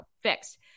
fixed